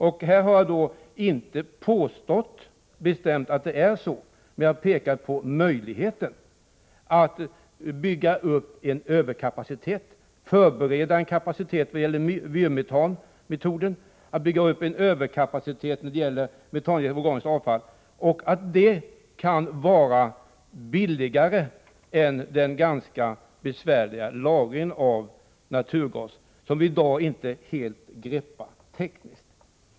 å Jag har inte gjort något direkt påstående, men jag har pekat på möjligheterna att förbereda uppbyggandet av en kapacitet grundad på vyrmetanmetoden. Att bygga upp en överkapacitet när det gäller metanjäsning av organiskt avfall kan vara billigare än att lagra naturgas, vilken vi i dag inte helt behärskar tekniskt.